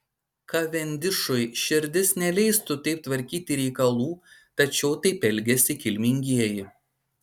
kavendišui širdis neleistų taip tvarkyti reikalų tačiau taip elgiasi kilmingieji